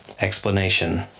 explanation